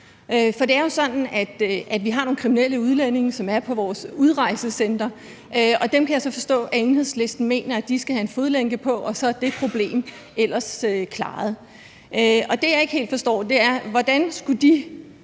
For det er jo sådan, at vi har nogle kriminelle udlændinge, som er på vores udrejsecentre, og de skal så have en fodlænke på, kan jeg forstå Enhedslisten mener, og så er det problem ellers klaret. Det, jeg ikke helt forstår, er: Hvordan skulle de